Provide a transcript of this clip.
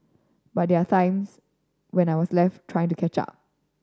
but there were times when I was left trying to catch up